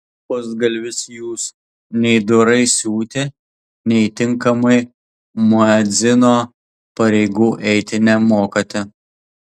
pusgalvis jūs nei dorai siūti nei tinkamai muedzino pareigų eiti nemokate